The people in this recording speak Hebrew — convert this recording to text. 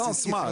זאת סיסמה.